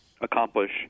accomplish